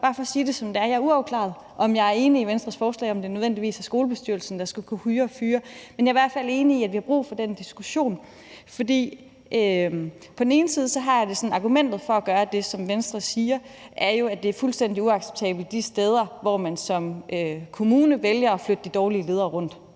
Jeg er uafklaret, i forhold til om jeg er enig i Venstres forslag om, at det nødvendigvis er skolebestyrelsen, der skal kunne hyre og fyre. Men jeg er i hvert fald enig i, at vi har brug for den diskussion. For på den ene side har jeg det sådan, at argumentet for at gøre det, Venstre siger, jo er, at det er fuldstændig uacceptabelt de steder, hvor man som kommune vælger at flytte de dårlige ledere rundt.